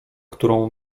którą